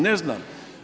Ne znam.